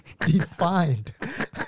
defined